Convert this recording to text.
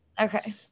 Okay